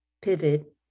pivot